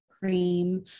Cream